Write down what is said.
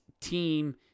team